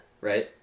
Right